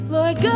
Lord